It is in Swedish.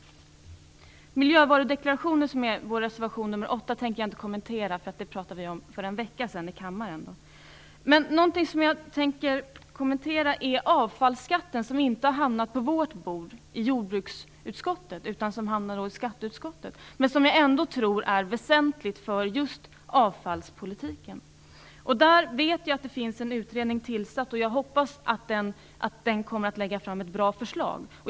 Miljövarudeklarationer är en fråga som tas upp i reservation nr 8 från oss. Jag tänker inte kommentera den saken, eftersom vi pratade om den för en vecka sedan i denna kammare. Avfallsskatten tänkte jag däremot kommentera. Den frågan har inte hamnat på jordbruksutskottets bord, utan den har hamnat i skatteutskottet. Avfallsskatten tror jag är väsentlig för avfallspolitiken. Jag vet att en utredning är tillsatt och jag hoppas att den lägger fram ett bra förslag.